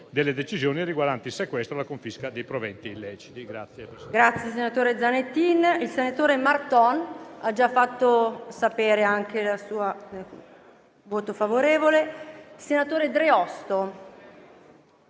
delle decisioni riguardanti il sequestro e la confisca dei proventi illeciti.